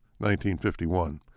1951